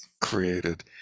created